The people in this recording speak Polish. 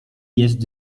jest